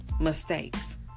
mistakes